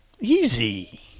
Easy